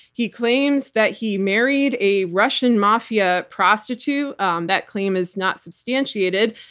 he claims that he married a russian mafia prostitute. um that claim is not substantiated.